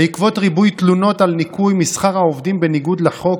בעקבות ריבוי תלונות על ניכוי משכר העובדים בניגוד לחוק,